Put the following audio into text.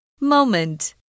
moment